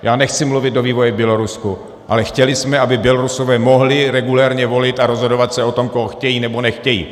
Já nechci mluvit do vývoje v Bělorusku, ale chtěli jsme, aby Bělorusové mohli regulérně volit a rozhodovat se o tom, koho chtějí nebo nechtějí.